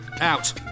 out